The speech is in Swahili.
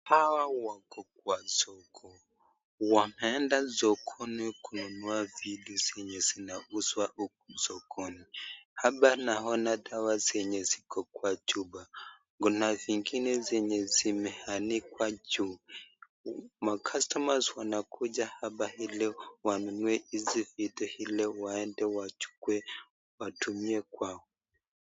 Hawa wako kwa soko. Wameenda sokoni kununua vitu zenye zinauzwa huku sokoni. Hapa naona dawa zenye ziko kwa chupa. Kuna zingine zenye zimeanikwa juu. Macustomers wanakuja hapa ili wanunue hizi vitu ile waende wachukue watumie kwao.